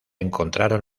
encontraron